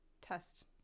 test